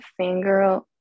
fangirl